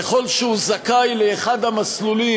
ככל שהוא זכאי לאחד המסלולים,